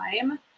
time